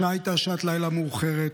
השעה הייתה שעת לילה מאוחרת.